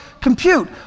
compute